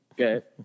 Okay